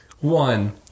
One